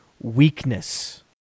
weakness